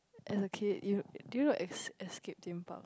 as a kid you do you know es~ Escape-Theme-Park